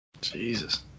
Jesus